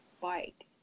bike